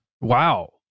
Wow